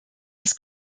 des